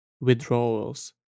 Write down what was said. withdrawals